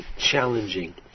challenging